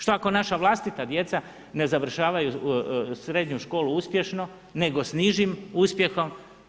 Što ako naša vlastita djeca ne završavaju srednju školu uspješno nego s nižim uspjehom?